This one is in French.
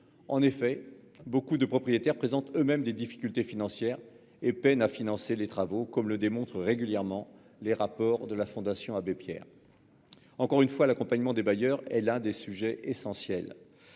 En effet, nombre de propriétaires rencontrent eux-mêmes des difficultés financières et peinent à financer les travaux, comme le démontrent régulièrement les rapports de la Fondation Abbé Pierre. Encore une fois, l'accompagnement des bailleurs est l'un des sujets essentiels